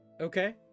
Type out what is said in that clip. Okay